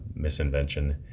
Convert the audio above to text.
misinvention